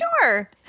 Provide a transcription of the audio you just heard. sure